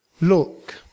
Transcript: Look